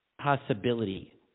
possibility